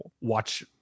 watch